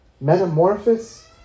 Metamorphosis